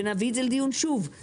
ונביא את זה לדיון שוב.